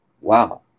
Wow